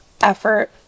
effort